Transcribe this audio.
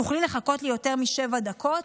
תוכלי לחכות לי יותר משבע דקות?